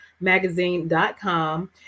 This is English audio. magazine.com